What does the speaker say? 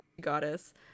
goddess